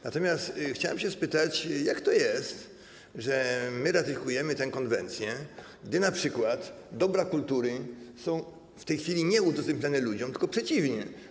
Natomiast chciałem spytać, jak to jest, że ratyfikujemy tę konwencję, gdy np. dobra kultury są w tej chwili nieudostępniane ludziom, tylko przeciwnie.